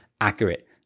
accurate